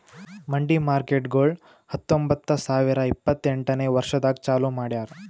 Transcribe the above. ಮಂಡಿ ಮಾರ್ಕೇಟ್ಗೊಳ್ ಹತೊಂಬತ್ತ ಸಾವಿರ ಇಪ್ಪತ್ತು ಎಂಟನೇ ವರ್ಷದಾಗ್ ಚಾಲೂ ಮಾಡ್ಯಾರ್